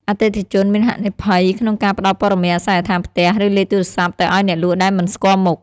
អតិថិជនមានហានិភ័យក្នុងការផ្តល់ព័ត៌មានអាសយដ្ឋានផ្ទះ ឬលេខទូរស័ព្ទទៅឱ្យអ្នកលក់ដែលមិនស្គាល់មុខ។